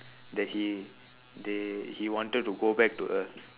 that he they he wanted to go back to earth